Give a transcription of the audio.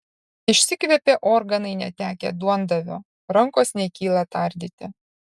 išsikvėpė organai netekę duondavio rankos nekyla tardyti